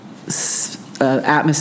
atmosphere